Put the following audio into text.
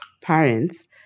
parents